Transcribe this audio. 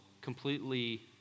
completely